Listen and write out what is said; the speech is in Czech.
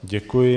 Děkuji.